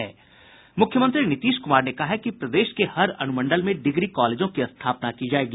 मुख्यमंत्री नीतीश कुमार ने कहा है कि प्रदेश के हर अनुमंडल में डिग्री कॉलेजों की स्थापना की जायेगी